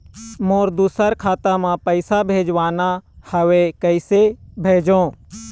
मोर दुसर खाता मा पैसा भेजवाना हवे, कइसे भेजों?